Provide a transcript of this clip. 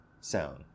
sound